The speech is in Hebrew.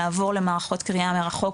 לעבור למערכות קריאה מרחוק,